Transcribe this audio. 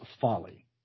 folly